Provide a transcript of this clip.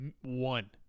One